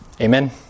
Amen